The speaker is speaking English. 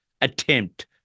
attempt